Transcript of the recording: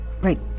Right